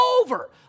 over